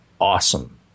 awesome